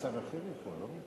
שר אחר יכול, לא?